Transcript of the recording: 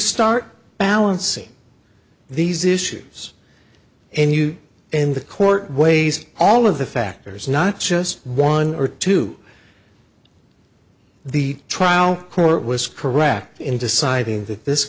start balancing these issues and you and the court weighs all of the factors not just one or two the trial court was correct in deciding that this